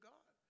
God